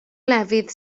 lefydd